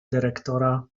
dyrektora